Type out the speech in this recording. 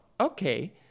okay